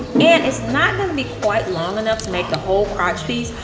and it's not not to be quite long enough to make the whole crotch piece,